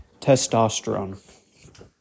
testosterone